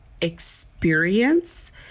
experience